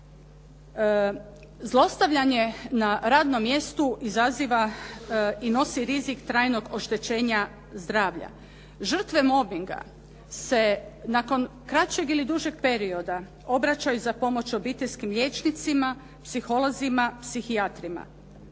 Zlostavljanje na radnom mjestu izaziva i nosi rizik trajnog oštećenja zdravlja. Žrtve mobinga se nakon kraćeg ili dužeg perioda obraćaju za pomoć obiteljskim liječnicima, psiholozima, psihijatrima.